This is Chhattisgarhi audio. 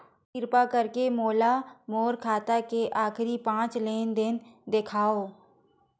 किरपा करके मोला मोर खाता के आखिरी पांच लेन देन देखाव